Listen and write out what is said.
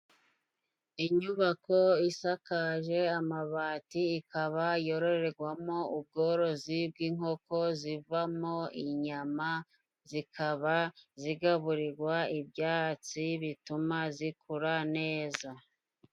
inyubako isakaje amabati, ikaba yororerwamo ubworozi bw'inkoko zivamo inyama, zikaba zigaburirwa ibyatsi bituma zikura neza.